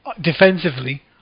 defensively